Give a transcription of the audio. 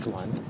one